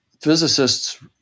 physicists